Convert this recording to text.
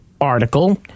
article